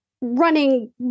running